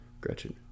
Gretchen